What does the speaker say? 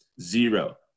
Zero